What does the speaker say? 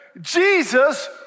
Jesus